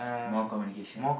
more communication